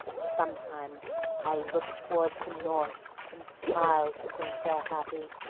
sometimes i'll look towards the north and smile to think they're happy,